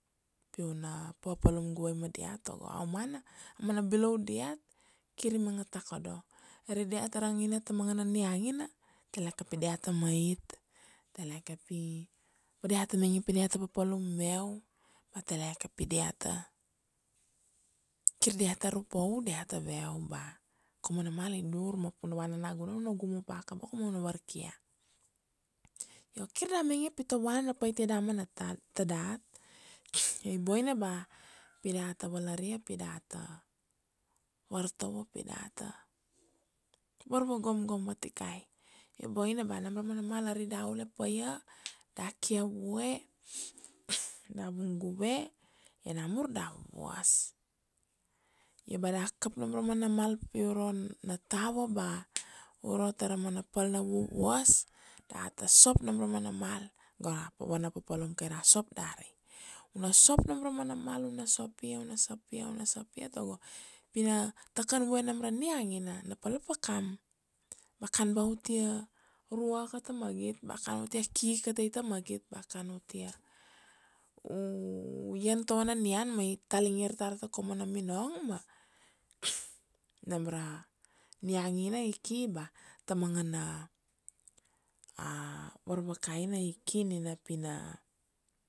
Pi u na papalum guvai ma diat tago a u mana, a mana bilou diat kir i manga takodo. Ari dia tar angine ta manga na niangina teleke pi dia ta mait, teleke pi pa dia ta mainge pi dia ta papalum meu, ba teleke pi dia ta, kir dia ta ru pa u, dia ta ve u ba kaum mana mal i dur ma pu na vana nagunan u na gumu pa ka boko ma u na varkia. Io kir da mainge pi ta vuana na paitia damana ta dat. Io i boina ba pi data valaria pi data vartovo, pi data varva gomgom vatikai. Io boina ba nam ra mana mal ari da ule pa ia, da kia vue da vung guve, io namur da vuvuas. Io ba da kap nam ra mana mal pi uro na tava ba uro tara mana pal na vuvuas, data sop nam ra mana mal, go a vana papalum kai ra sop dari. U na sop nam ra mana mal, u na sop ia, u na sop ia, u na sop ia tago, pi na takan vue nam ra niangina na pala pakam, ba kan ba u tia ruaka ta magit ba kan u tia ki ika tai ta magit, ba kan u tia u ian tavana nian ma i talingir tar ta kaum mana minong ma nam ra niangina i ki ba ta manga na varvakaina i ki nina pi na